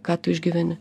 ką tu išgyveni